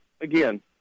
again